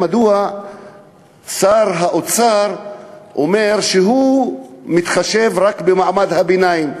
מדוע שר האוצר אומר שהוא מתחשב רק במעמד הביניים?